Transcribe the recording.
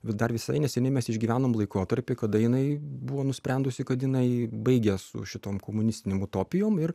dar visai neseniai mes išgyvenom laikotarpį kada jinai buvo nusprendusi kad jinai baigia su šitom komunistinėm utopijom ir